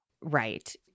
Right